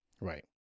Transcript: Right